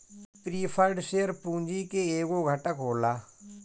preferred share पूंजी के एगो घटक होला